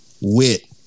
wit